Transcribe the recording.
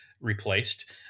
replaced